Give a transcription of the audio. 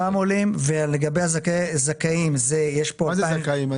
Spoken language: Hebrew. יש פה גם עולים, ולגבי הזכאים --- מה זה זכאים?